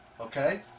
okay